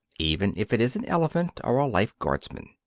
even if it is an elephant or a life-guardsman.